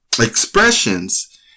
expressions